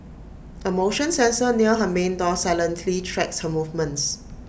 A motion sensor near her main door silently tracks her movements